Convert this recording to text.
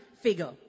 figure